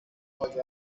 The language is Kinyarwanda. burkina